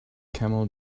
camel